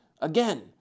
again